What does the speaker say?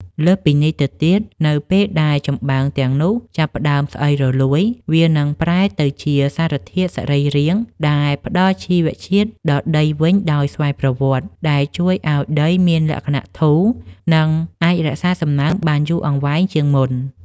លើសពីនេះទៅទៀត នៅពេលដែលចំបើងទាំងនោះចាប់ផ្ដើមស្អុយរលួយ វានឹងប្រែទៅជាសារធាតុសរីរាង្គដែលផ្ដល់ជីវជាតិដល់ដីវិញដោយស្វ័យប្រវត្តិ ដែលជួយឱ្យដីមានលក្ខណៈធូរ និងអាចរក្សាសំណើមបានយូរអង្វែងជាងមុន។